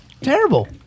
terrible